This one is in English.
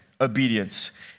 obedience